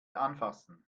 anfassen